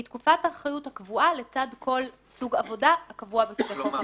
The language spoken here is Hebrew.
היא תקופת האחריות הקבועה לצד כל סוג עבודה הקבוע בחוק המכר.